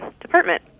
department